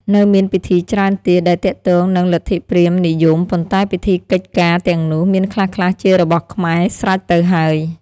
នៅមានពិធីច្រើនទៀត ដែលទាក់ទងនឹងលទ្ធិព្រាហ្មណ៍និយម ប៉ុន្តែពិធីកិច្ចការទាំងនោះ មានខ្លះៗជារបស់ខ្មែរស្រេចទៅហើយ។